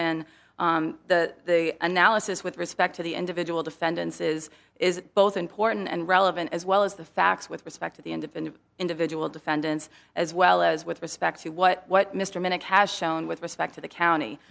when the analysis with respect to the individual defendants is is both important and relevant as well as the facts with respect to the independent individual defendants as well as with respect to what what mr minnick has shown with respect to the county